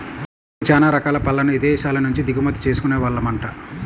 ఒకప్పుడు చానా రకాల పళ్ళను ఇదేశాల నుంచే దిగుమతి చేసుకునే వాళ్ళమంట